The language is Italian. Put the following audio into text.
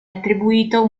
attribuito